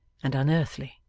and unearthly.